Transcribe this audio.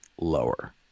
lower